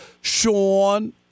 Sean